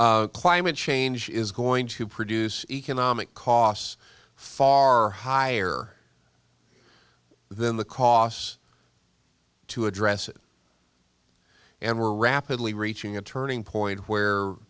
climate change is going to produce economic costs far higher than the costs to address it and we're rapidly reaching a turning point where